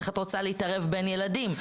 איך את רוצה להתערב בין ילדים?